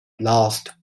last